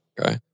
Okay